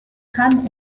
kann